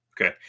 Okay